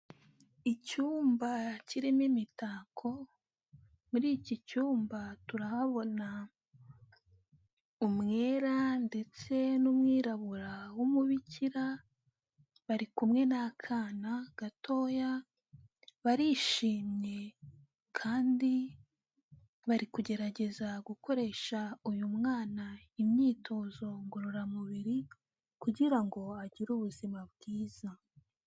Icyumba kirimo imitako, muri iki cyumba turahabona umwera ndetse n'umwirabura w'umubikira, bari kumwe n'akana gatoya barishimye kandi bari kugerageza gukoresha uyu mwana imyitozo ngororamubiri, kugira ngo agire ubuzima bwiza.